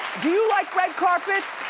do you like red carpets?